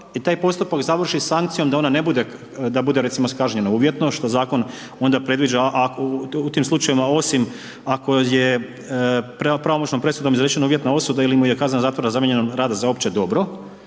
i taj postupak završi sankcijom da ona ne bude, da bude recimo kažnjena uvjetno, što zakon onda predviđa, u tim slučajevima osim ako je pravomoćnom presudom izrečena uvjetna osuda ili mu je kazna zatvora zamijenjena radom za opće dobro